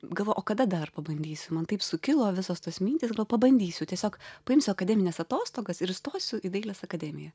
galvoju o kada dar pabandysiu man taip sukilo visos tos mintys pabandysiu tiesiog paimsiu akademines atostogas ir stosiu į dailės akademiją